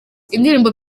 indirimbo